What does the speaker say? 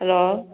hello